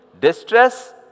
distress